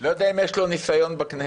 לא יודע אם יש לנו ניסיון בכנסת.